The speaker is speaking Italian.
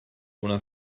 una